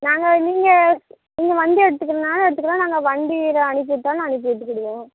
நாங்கள் நீங்கள் நீங்கள் வந்து எடுத்துக்கிறதுனாலும் எடுத்துக்கலாம் நாங்கள் வண்டியில் அனுப்பிவிட்டாலும் அனுப்பி விட்டுக்கிடுவோம்